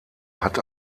hat